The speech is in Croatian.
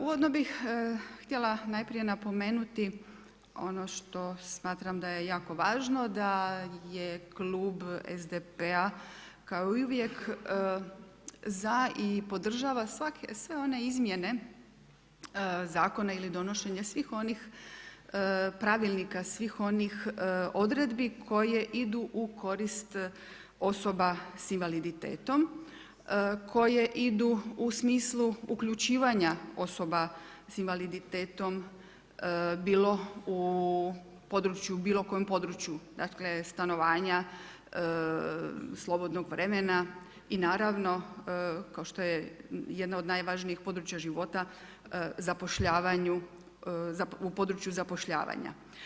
Uvodno bih htjela najprije napomenuti ono što smatram da je jako važno da je Klub SDP-a, kao i uvijek, za i podržava sve one izmjene zakona ili donošenja svih onih pravilnika, svih onih odredbi koje idu u korist osoba s invaliditetom, koje idu u smislu uključivanja osoba s invaliditetom, bilo u području, bilo kojem području dakle stanovanja, slobodnog vremena i naravno kao što je jedna od najvažnijih područja života zapošljavanju, u području zapošljavanja.